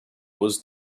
was